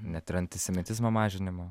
net ir antisemitizmo mažinimo